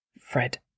Fred